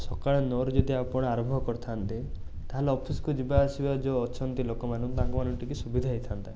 ସକାଳ ନଅରୁ ଯଦି ଆପଣ ଆରମ୍ଭ କରିଥାନ୍ତେ ତାହେଲେ ଅଫିସ୍କୁ ଯିବାଆସିବା ଯେଉଁ ଅଛନ୍ତି ଲୋକମାନେ ତାଙ୍କ ମାନଙ୍କୁ ଟିକିଏ ସୁବିଧା ହେଇଥାନ୍ତା